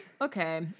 Okay